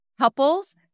couples